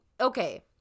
okay